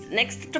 Next